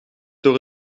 door